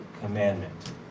commandment